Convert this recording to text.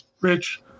Rich